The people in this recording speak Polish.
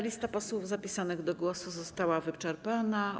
Lista posłów zapisanych do głosu została wyczerpana.